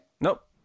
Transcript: Nope